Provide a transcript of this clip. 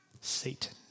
Satan